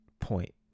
point